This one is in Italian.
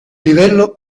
livello